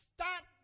Stop